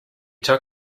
took